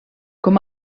com